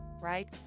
right